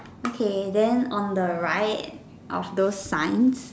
okay then on the right of those signs